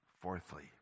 Fourthly